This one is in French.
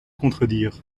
contredire